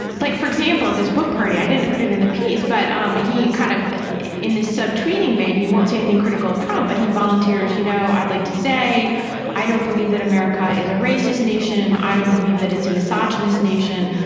like for example this book party i didn't put it in the piece but um he kind of in this sub tweeting vein he won't say anything critical of trump but he volunteers. you know i'd like to say i don't believe that america is a racist nation. i don't believe that it's a misogynist nation.